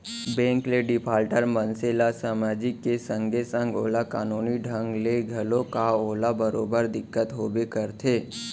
bank ले defaulter मनसे ल समाजिक के संगे संग ओला कानूनी ढंग ले घलोक ओला बरोबर दिक्कत होबे करथे